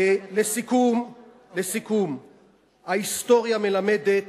לסיכום, ההיסטוריה מלמדת